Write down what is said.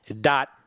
dot